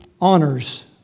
honors